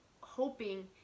hoping